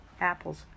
Apples